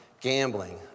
gambling